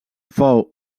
fou